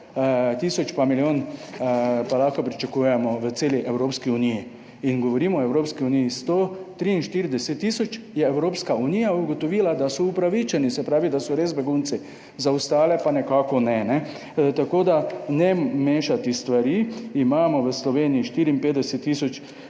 tisoč pa milijon pa lahko pričakujemo v celi Evropski uniji in govorimo o Evropski uniji 143 tisoč je Evropska unija ugotovila, da so upravičeni, se pravi, da so res begunci, za ostale pa nekako, ne, kajne. Tako, da ne mešati stvari. Imamo v Sloveniji 54 tisoč